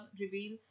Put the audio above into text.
reveal